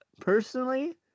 Personally